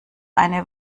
eine